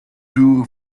two